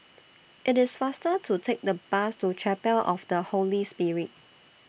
IT IS faster to Take The Bus to Chapel of The Holy Spirit